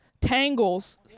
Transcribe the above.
tangles